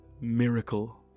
Miracle